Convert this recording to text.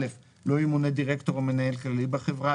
לא ימונה דירקטור או מנהל כללי בחברה,